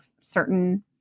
certain